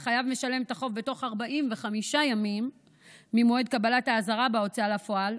והחייב משלם את החוב בתוך 45 ימים ממועד קבלת האזהרה בהוצאה לפועל,